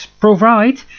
provide